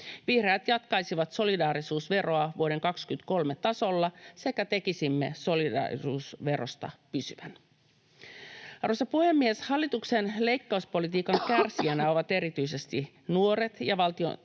Vihreät jatkaisivat solidaarisuusveroa vuoden 23 tasolla, sekä tekisimme solidaarisuusverosta pysyvän. Arvoisa puhemies! Hallituksen leikkauspolitiikan kärsijöinä ovat erityisesti nuoret, ja